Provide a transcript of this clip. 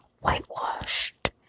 whitewashed